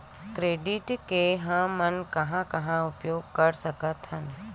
Credit के हमन कहां कहा उपयोग कर सकत हन?